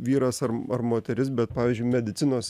vyras ar ar moteris bet pavyzdžiui medicinos